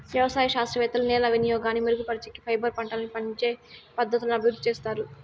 వ్యవసాయ శాస్త్రవేత్తలు నేల వినియోగాన్ని మెరుగుపరిచేకి, ఫైబర్ పంటలని పెంచే పద్ధతులను అభివృద్ధి చేత్తారు